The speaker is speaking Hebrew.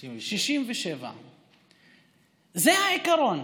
66. 67. זה העיקרון.